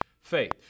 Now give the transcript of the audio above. faith